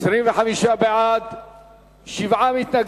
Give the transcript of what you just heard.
8. עד הסוף.